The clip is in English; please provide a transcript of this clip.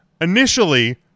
initially